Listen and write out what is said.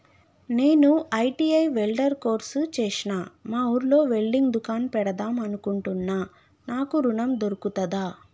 నేను ITI welder course చేశ్న మా ఊర్లో వెల్డింగ్ దుకాన్ పెడదాం అనుకుంటున్నా నాకు ఋణం దొర్కుతదా?